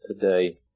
today